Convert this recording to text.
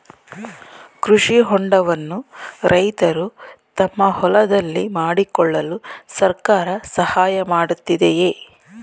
ಕೃಷಿ ಹೊಂಡವನ್ನು ರೈತರು ತಮ್ಮ ಹೊಲದಲ್ಲಿ ಮಾಡಿಕೊಳ್ಳಲು ಸರ್ಕಾರ ಸಹಾಯ ಮಾಡುತ್ತಿದೆಯೇ?